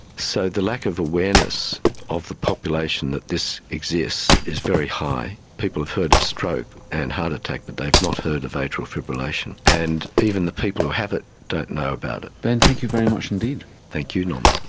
so the lack of awareness of the population that this exists is very high. people have heard of stroke and heart attack but they've not heard of atrial fibrillation. and even the people who have it don't know about it. ben, thank you very much indeed. thank you norman.